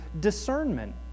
discernment